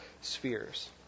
spheres